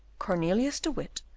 cornelius de witt,